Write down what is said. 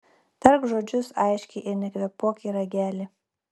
tark žodžius aiškiai ir nekvėpuok į ragelį